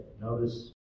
Notice